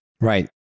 Right